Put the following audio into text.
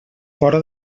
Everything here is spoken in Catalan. fora